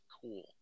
cool